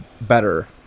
better